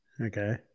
Okay